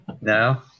no